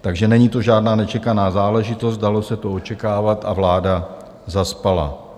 Takže není to žádná nečekaná záležitost, dalo se to očekávat a vláda zaspala.